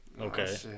Okay